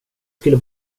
skulle